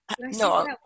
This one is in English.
No